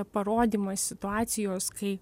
parodymas situacijos kai